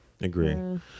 agree